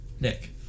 Nick